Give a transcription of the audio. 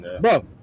bro